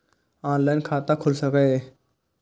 Online खाता खुल सके ये?